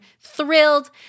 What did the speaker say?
thrilled